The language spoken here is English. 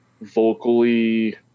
vocally –